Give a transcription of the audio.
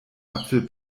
apfel